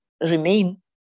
remain